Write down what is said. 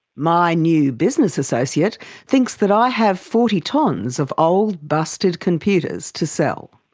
my new business associate thinks that i have forty tonnes of old busted computers to sell.